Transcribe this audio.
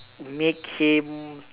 make him